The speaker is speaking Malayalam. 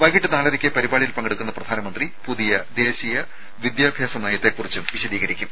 വൈകിട്ട് നാലരയ്ക്ക് പരിപാടിയിൽ പങ്കെടുക്കുന്ന പ്രധാനമന്ത്രി പുതിയ ദേശീയ വിദ്യാഭ്യാസ നയത്തെക്കുറിച്ചും വിശദീകരിക്കും